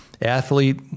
athlete